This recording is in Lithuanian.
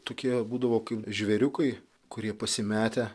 tokie būdavo kaip žvėriukai kurie pasimetę